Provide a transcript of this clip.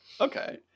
okay